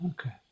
okay